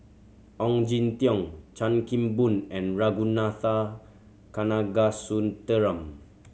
Ong Jin Teong Chan Kim Boon and Ragunathar Kanagasuntheram